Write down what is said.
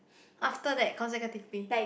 after that consecutively